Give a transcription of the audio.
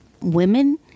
women